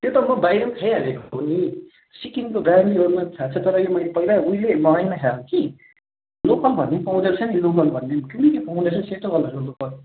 त्यो त म बाहिर पनि खाइहालेको हो नि सिक्किमको ब्रान्ड हो यो मलाई थाहा छ तर यो मैले पहिला उइले मगाइकन खाएको कि लोकल भन्ने पनि पाउँदो रहेछ नि लोकल भन्ने पनि कोनि के पाउँदो रहेछ नि सेतो कलरको लोकल